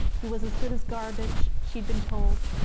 who was as good as garbage, she'd been told,